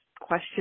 question